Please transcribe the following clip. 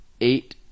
eight